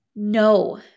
No